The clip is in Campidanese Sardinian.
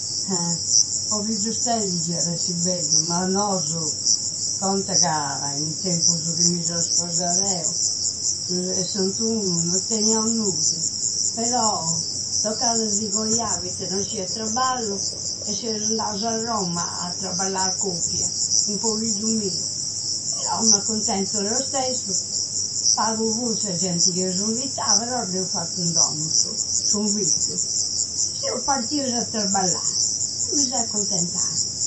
Ah! Po chi dus teidi già ad essi bellu, ma nosu conta ca in tempusu ca mi seu sposada eu, in su sessanteunu, no teneiau nudda. Però, taccada a si coiai poitta non cia trabballu e seusu andausu a Romma a trabballa a coppia, po figgiu mia. Però, m'accuntenut lo stessu. Pagu fu sa genti chi eusu invitau, però deu fattu in dommu s'invitu. E seu partiusu a trabbalai e mi seu accuntentada.